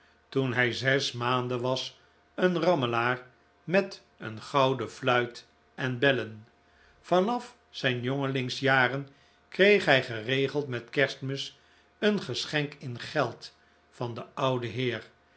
toen hij zes maanden was een rammelaar met een gouden fluit en bellen van af zijn jongelingsjaren kreeg hij geregeld met kerstmis een geschenk in geld van den ouden heer